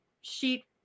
sheet